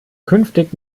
künftig